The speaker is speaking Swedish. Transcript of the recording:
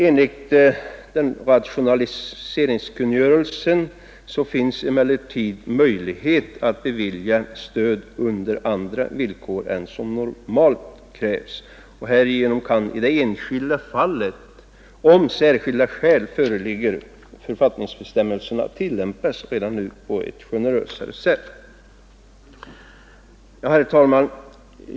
Enligt rationaliseringskungörelsen finns emellertid möjlighet att bevilja stöd under andra villkor än som normalt krävs. Härigenom kan i det enskilda fallet om särskilda skäl föreligger författningsbestämmelserna redan nu tillämpas på ett generösare sätt. Herr talman!